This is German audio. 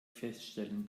feststellen